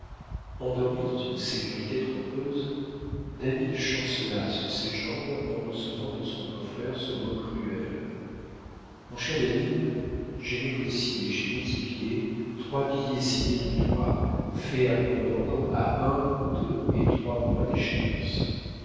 endormi dans une sécurité trompeuse david chancela sur ses jambes en recevant de son beau-frère ce mot cruel mon cher david j'ai négocié chez métivier trois billets signés de toi faits à mon ordre à un deux et trois mois d'échéance